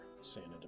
Santa